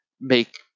make